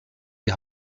die